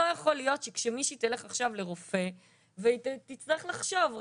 לא יכול להיות שכשמישהי תלך עכשיו לרופא היא תצטרך לחשוב,